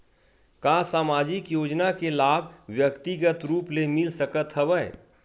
का सामाजिक योजना के लाभ व्यक्तिगत रूप ले मिल सकत हवय?